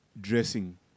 dressing